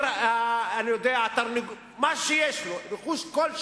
רכוש כלשהו,